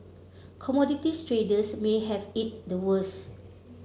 commodities traders may have it the worst